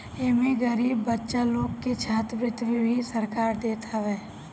एमे गरीब बच्चा लोग के छात्रवृत्ति भी सरकार देत हवे